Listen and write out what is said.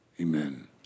amen